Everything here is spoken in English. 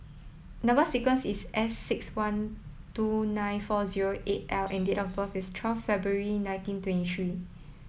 number sequence is S six one two nine four zero eight L and date of birth is twelve February nineteen twenty three